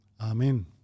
Amen